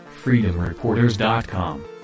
FreedomReporters.com